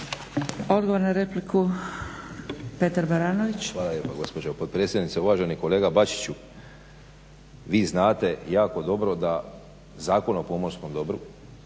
**Baranović, Petar (HNS)** Hvala lijepa gospođo potpredsjednice. Uvaženi kolega Bačiću, vi znate jako dobro da Zakon o pomorskom dobru